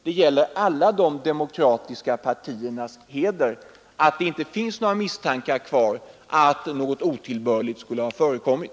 Det betyder mycket för samtliga de demokratiska partiernas heder att det inte kvarstår några misstankar om att något otillbörligt skulle ha förekommit.